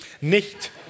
Nicht